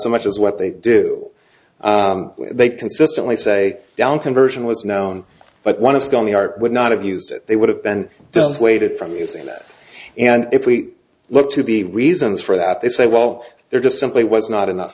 so much as what they do they consistently say down conversion was known but one of the art would not have used it they would have been dozens waited from using that and if we look to the reasons for that they say well there just simply was not enough